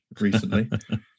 recently